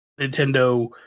Nintendo